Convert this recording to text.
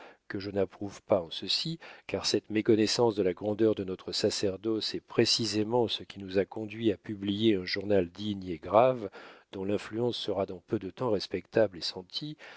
que je n'approuve pas en ceci car cette méconnaissance de la grandeur de notre sacerdoce est précisément ce qui nous a conduits à publier un journal digne et grave dont l'influence sera dans peu de temps respectable et sentie